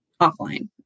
offline